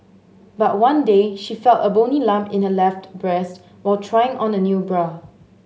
but one day she felt a bony lump in her left breast while trying on a new bra